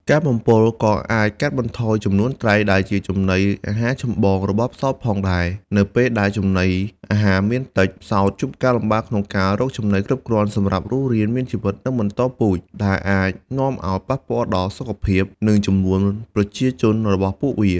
ការបំពុលក៏អាចកាត់បន្ថយចំនួនត្រី ដែលជាចំណីអាហារចម្បងរបស់ផ្សោតផងដែរ នៅពេលដែលចំណីអាហារមានតិច ផ្សោតជួបការលំបាកក្នុងការរកចំណីគ្រប់គ្រាន់សម្រាប់រស់រានមានជីវិត និងបន្តពូជ ដែលអាចនាំឱ្យប៉ះពាល់ដល់សុខភាព និងចំនួនប្រជាជនរបស់ពួកវា។។